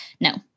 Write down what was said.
no